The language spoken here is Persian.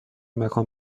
مکان